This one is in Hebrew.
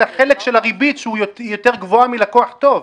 החלק של הריבית שהיא יותר גבוהה מלקוח טוב?